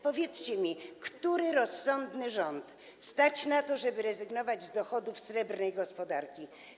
Powiedzcie mi, który rozsądny rząd stać na to, żeby rezygnować z dochodów ze srebrnej gospodarki?